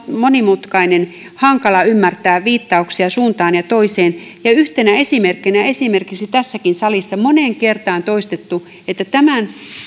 monimutkainen hankala ymmärtää viittauksia suuntaan ja toiseen yhtenä esimerkkinä esimerkiksi tässäkin salissa moneen kertaan toistettu että tämän